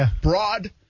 broad